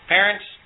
Parents